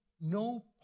no